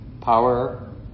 Power